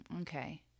okay